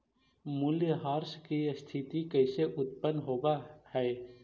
मूल्यह्रास की स्थिती कैसे उत्पन्न होवअ हई?